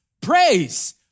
praise